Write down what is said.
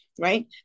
right